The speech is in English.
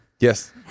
Yes